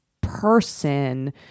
person